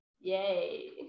yay